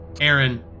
Aaron